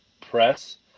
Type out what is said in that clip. press